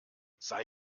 sei